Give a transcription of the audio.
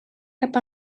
cap